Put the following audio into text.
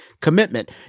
commitment